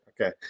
Okay